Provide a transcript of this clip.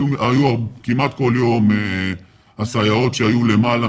כמעט כל יום הסייעות שהיו למעלה,